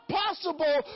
possible